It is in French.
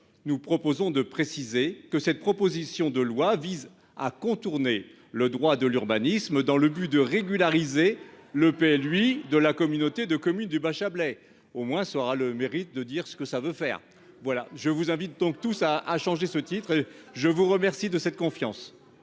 Nous proposons de préciser que cette proposition de loi vise à contourner le droit de l'urbanisme dans le but de régulariser le lui de la communauté de communes du bas Chablais. Au moins ça aura le mérite de dire ce que ça veut faire voilà, je vous invite donc tout ça a changé ce titre je vous remercie de cette confiance.